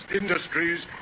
industries